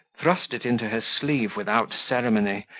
thrust it into her sleeve without ceremony,